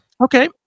Okay